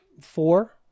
Four